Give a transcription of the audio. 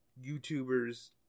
YouTubers